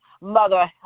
Mother